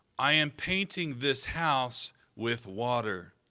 i am painting this house with water,